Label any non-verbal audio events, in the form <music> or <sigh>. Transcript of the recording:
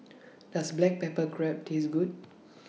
Does Black Pepper Crab Taste Good <noise>